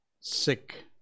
sick